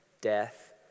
death